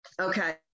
Okay